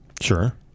Sure